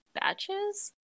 batches